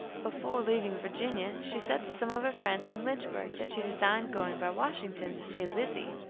before leaving virginia she said to some of her friends in lynchburg that she designed going by washington to see lizzie.